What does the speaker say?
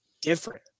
different